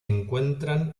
encuentran